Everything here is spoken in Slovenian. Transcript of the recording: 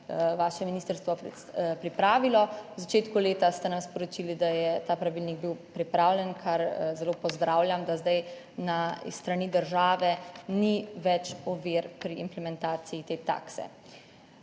vaše ministrstvo pripravilo. V začetku leta ste nam sporočili, da je bil ta pravilnik pripravljen, kar zelo pozdravljam, da zdaj na strani države ni več ovir pri implementaciji te takse.